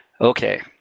Okay